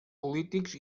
polítics